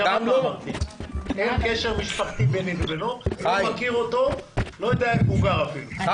אנחנו העלינו בפני נציג האוצר את הבקשה שלנו